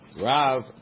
Rav